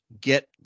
get